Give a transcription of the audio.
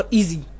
easy